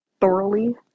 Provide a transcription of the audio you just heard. thoroughly